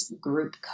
group